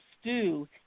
stew